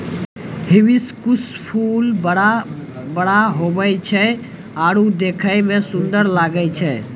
hibiscus फूल बड़ा बड़ा हुवै छै आरु देखै मे सुन्दर लागै छै